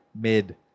Mid